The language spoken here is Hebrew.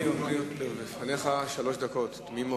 לרשותך שלוש דקות תמימות.